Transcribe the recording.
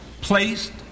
placed